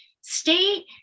stay